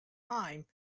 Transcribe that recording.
thyme